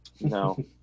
No